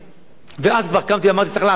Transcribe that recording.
ואז כבר קמתי ואמרתי: צריך לעצור את זה,